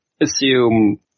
assume